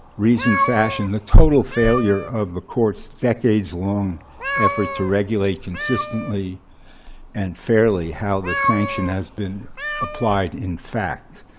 reasoned fashion the total failure of the court's decades long efforts to regulate consistently and fairly how the sanction has been applied in fact.